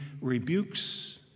rebukes